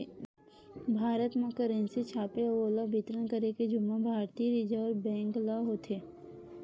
भारत म करेंसी छापे अउ ओला बितरन करे के जुम्मा भारतीय रिजर्व बेंक ल होथे